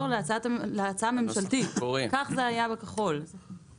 מישהו שלא מינה אנשי ציבור כדי לא לשמוע את הציבור זה לא מתאים לנו בדרך